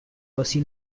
così